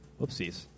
whoopsies